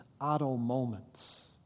auto-moments